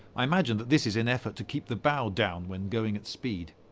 i imagine that this is an effort to keep the bow down when going at speed.